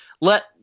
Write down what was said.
Let